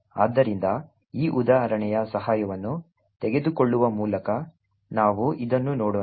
ಆದ್ದರಿಂದ ಈ ಉದಾಹರಣೆಯ ಸಹಾಯವನ್ನು ತೆಗೆದುಕೊಳ್ಳುವ ಮೂಲಕ ನಾವು ಇದನ್ನು ನೋಡೋಣ